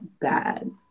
bad